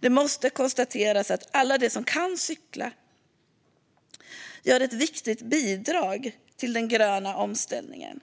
Det måste konstateras att alla de som kan cykla ger ett viktigt bidrag till den gröna omställningen.